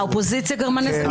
האופוזיציה גרמה נזקים?